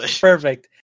perfect